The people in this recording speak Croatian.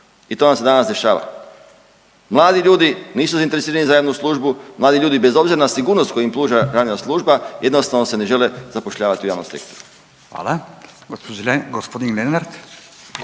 i to vam se danas dešava. Mladi ljudi nisu zainteresirani za javnu službu. Mladi ljudi bez obzira na sigurnost koju im pruža javna služba jednostavno se ne žele zapošljavati u javnom sektoru. **Radin, Furio